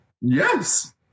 Yes